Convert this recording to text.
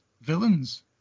villains